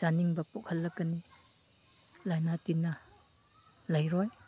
ꯆꯥꯅꯤꯡꯕ ꯄꯣꯛꯍꯜꯂꯛꯀꯅꯤ ꯂꯩꯏꯅꯥ ꯇꯤꯟꯅꯥ ꯂꯩꯔꯣꯏ